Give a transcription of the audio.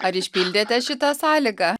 ar išpildėte šitą sąlygą